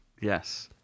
Yes